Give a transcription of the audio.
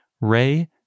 Ray